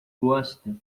gosta